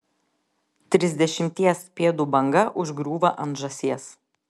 trisdešimties pėdų banga užgriūva ant žąsies